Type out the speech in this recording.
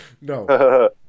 No